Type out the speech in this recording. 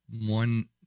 one